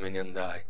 me ne andai